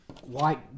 white